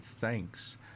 thanks